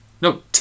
no